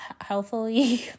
healthily